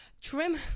trim